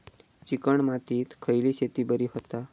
Chicken मातीत खयली शेती बरी होता?